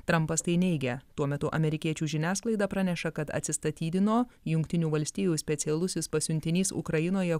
trampas tai neigia tuo metu amerikiečių žiniasklaida praneša kad atsistatydino jungtinių valstijų specialusis pasiuntinys ukrainoje